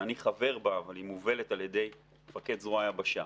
שאני חבר בה אבל היא מובלת על ידי מפקד זרוע היבשה,